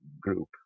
group